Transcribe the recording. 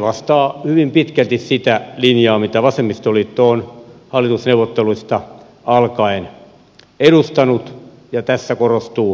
vastaa hyvin pitkälti sitä linjaa mitä vasemmistoliitto on hallitusneuvotteluista alkaen edustanut ja tässä korostuu sijoittajavastuu